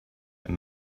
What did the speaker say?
and